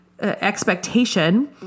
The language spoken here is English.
expectation